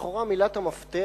לכאורה, מילת המפתח